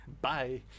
Bye